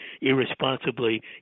irresponsibly